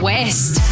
West